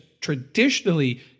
traditionally